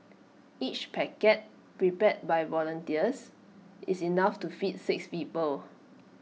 each packet prepared by volunteers is enough to feed six people